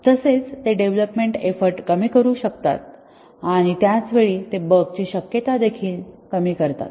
तसेच ते development effort कमी करू शकतात आणि त्याच वेळी ते बगची शक्यता देखील कमी करतात